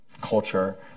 culture